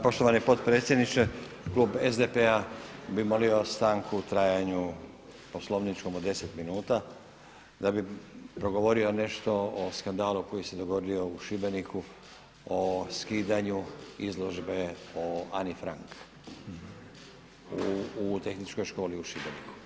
Poštovani potpredsjedniče klub SDP-a bi molio stanku u trajanju poslovničkom od deset minuta da bi progovorio nešto o skandalu koji se dogodio u Šibeniku o skidanju izložbe o Ani Frank u Tehničkoj školi u Šibeniku.